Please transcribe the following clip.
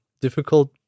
difficult